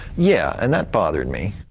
yeah and that bothered me.